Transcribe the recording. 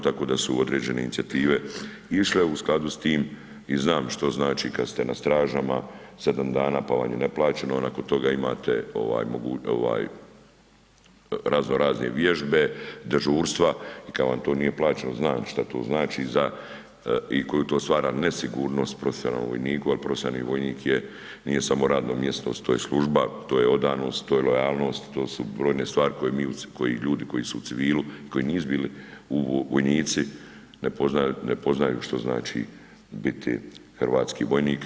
Tako da su određene inicijative išle u skladu s tim i znam što znači kad ste na stražama 7 dana pa vam je neplaćeno, nakon toga imate ovaj razno razne vježbe, dežurstva i kad vam to nije plaćeno znam šta to znači za, i koju to stvara nesigurnost profesionalnom vojniku, jer profesionalni vojnik je nije samo radno mjesto, to je služba, to je odanost, to je lojalnost, to su brojne stvari koje mi, koje ljudi koji su u civili koji nisu bili vojnici ne poznaju, ne poznaju što znači biti hrvatski vojnik.